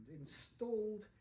installed